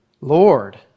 Lord